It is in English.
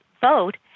vote